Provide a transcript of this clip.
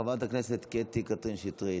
חברת הכנסת קטי קטרין שטרית,